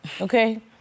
Okay